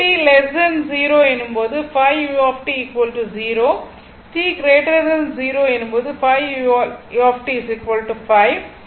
t 0 எனும் போது 5 u 0 t 0 எனும் போது 5 u 5 ஆகும்